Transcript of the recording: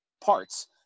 parts